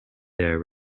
their